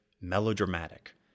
melodramatic